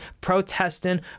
protesting